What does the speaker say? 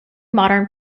modern